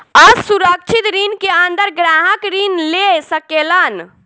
असुरक्षित ऋण के अंदर ग्राहक ऋण ले सकेलन